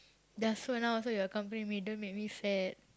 ya so now so you're accompanying don't make sad